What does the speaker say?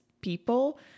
people